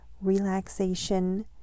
relaxation